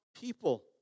people